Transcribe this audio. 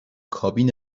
کابین